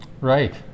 Right